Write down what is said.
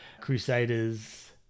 Crusaders